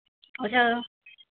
अच्छा